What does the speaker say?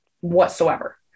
whatsoever